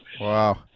Wow